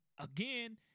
again